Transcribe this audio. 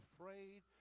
afraid